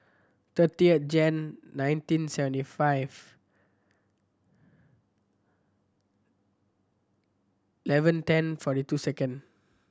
thirty Jan nineteen seventy five eleven ten forty two second